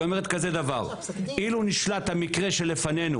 היא אומרת כזה דבר: "אילו נשלט המקרה שלפנינו